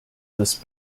this